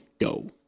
go